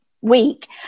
week